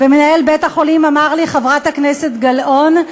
ומנהל בית-החולים אמר לי: חברת הכנסת גלאון,